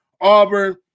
Auburn